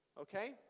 Okay